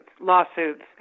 lawsuits